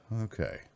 Okay